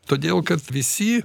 todėl kad visi